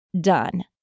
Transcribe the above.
done